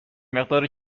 مقدار